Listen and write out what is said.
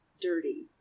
dirty